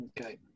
okay